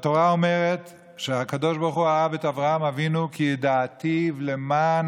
התורה אומרת שהקדוש ברוך הוא אהב את אברהם אבינו "כי ידעתיו למען